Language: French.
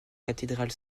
cathédrale